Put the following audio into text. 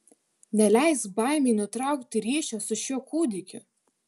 neleisk baimei nutraukti ryšio su šiuo kūdikiu